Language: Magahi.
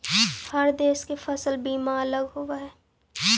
हर देश के फसल बीमा अलग होवऽ हइ